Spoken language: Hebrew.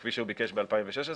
כפי שהוא ביקש ב-2016.